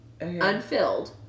unfilled